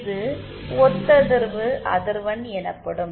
இது ஒத்ததிர்வு அதிர்வெண் எனப்படும்